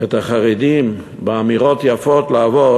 את החרדים באמירות יפות לעבוד,